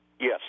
Yes